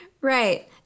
right